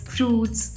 Fruits